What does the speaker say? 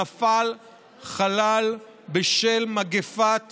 נפל חלל בשל מגפת